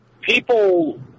people